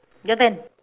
your turn